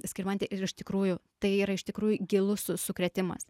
skirmantė ir iš tikrųjų tai yra iš tikrųjų gilus su sukrėtimas